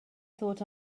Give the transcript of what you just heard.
thought